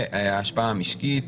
והשפעה משקית,